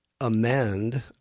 amend